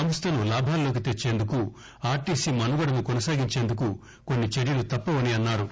సంస్థను లాభాల్లోకి తెచ్చేందుకు ఆర్ట్సీ మనుగడను కొనసాగించేందుకుకొన్ని చర్యలు తప్పవని అన్నారు